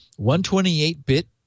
128-bit